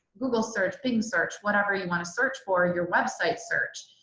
google search, bing search, whatever you want to search for your website search.